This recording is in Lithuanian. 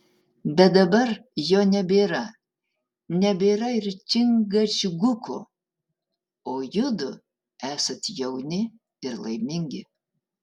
bet dabar jo nebėra nebėra ir čingačguko o judu esat jauni ir laimingi